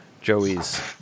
Joey's